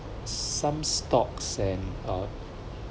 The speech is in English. some stocks and uh